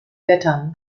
blättern